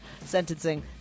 sentencing